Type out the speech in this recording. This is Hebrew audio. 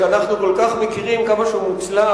שאנחנו כל כך מכירים ויודעים כמה שהוא מוצלח